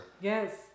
Yes